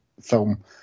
film